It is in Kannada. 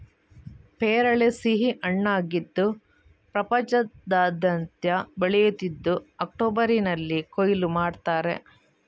ಪೇರಳೆ ಸಿಹಿ ಹಣ್ಣಾಗಿದ್ದು ಪ್ರಪಂಚದಾದ್ಯಂತ ಬೆಳೆಯುತ್ತಿದ್ದು ಅಕ್ಟೋಬರಿನಲ್ಲಿ ಕೊಯ್ಲು ಮಾಡ್ತಾರೆ